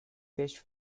fish